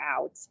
out